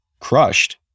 crushed